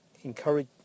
encourage